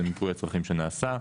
זה מיפוי הצרכים שנעשה.